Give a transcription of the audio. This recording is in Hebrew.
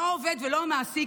לא העובד ולא המעסיק,